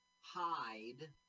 hide